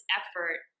effort